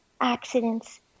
accidents